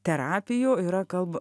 terapijų yra kalb